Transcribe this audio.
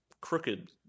crooked